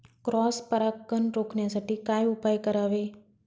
Cross परागकण रोखण्यासाठी काय उपाय करावे?